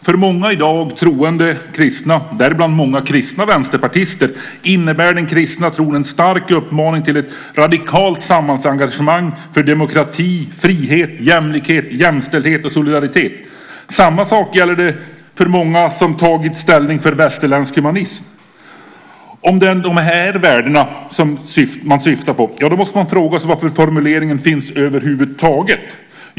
För många i dag troende kristna, däribland många vänsterpartister, innebär den kristna tron en stark uppmaning till ett radikalt samhällsengagemang för demokrati, frihet, jämlikhet, jämställdhet och solidaritet. Samma sak gäller för många som tagit ställning för västerländsk humanism. Om det är de här värdena som det syftas på måste man fråga sig varför formuleringen finns över huvud taget.